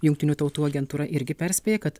jungtinių tautų agentūra irgi perspėja kad